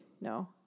No